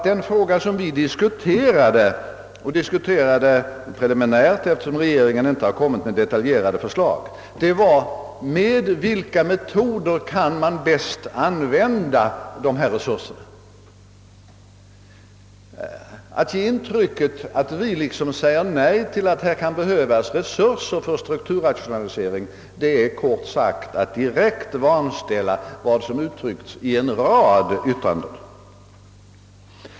Den fråga som vi diskuterade — diskuterade preliminärt eftersom regeringen inte har kommit med detaljerade förslag — var med vilka metoder man bäst kan använda dessa resurser. Att här ge intrycket av att vi liksom säger nej till att här kan behövas resurser för strukturrationalisering är, kort sagt, att direkt vanställa vad som har uttryckts i en rad yttranden.